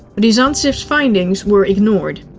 but ryazantsev's findings were ignored.